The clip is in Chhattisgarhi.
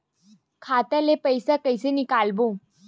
खाता ले पईसा कइसे निकालबो?